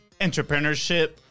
entrepreneurship